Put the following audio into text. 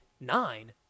Nine